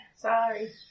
Sorry